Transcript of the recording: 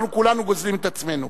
אנחנו כולנו גוזלים את עצמנו.